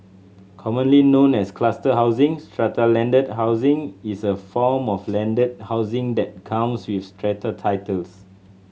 commonly known as cluster housing strata landed housing is a form of landed housing that comes with strata titles